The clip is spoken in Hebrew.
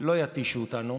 לא יתישו אותנו,